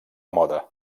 moda